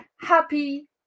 happy